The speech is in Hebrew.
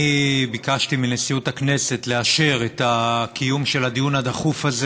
ביקשתי מנשיאות הכנסת לאשר את קיום הדיון החשוב הזה